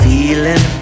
Feeling